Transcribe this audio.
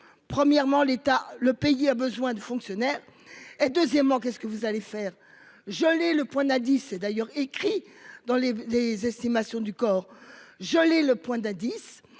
Premièrement l'état, le pays a besoin de fonctionnaires et deuxièmement qu'est-ce que vous allez faire geler le point d'dit c'est d'ailleurs écrit dans les les estimations du corps gelé le point d'indice,